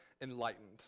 enlightened